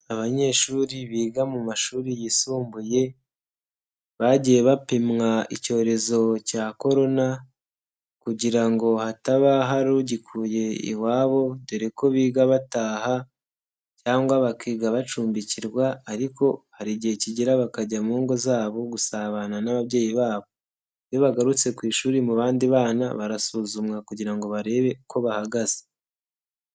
Abanyeshuri biga mu mashuri yisumbuye bagiye bapimwa icyorezo cya korona kugira ngo hataba hari ugikuye iwabo dore ko biga bataha cyangwa bakiga bacumbikirwa, ariko hari igihe kigera bakajya mu ngo zabo gusabana n'ababyeyi babo. Iyo bagarutse ku ishuri mu bandi bana barasuzumwa kugira ngo barebe uko bahagaze.